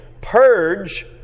purge